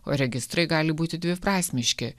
o registrai gali būti dviprasmiški